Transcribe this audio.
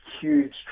huge